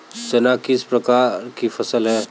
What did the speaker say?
चना किस प्रकार की फसल है?